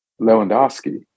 Lewandowski